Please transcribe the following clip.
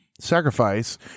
sacrifice